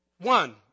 One